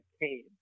cave